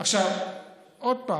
עוד פעם,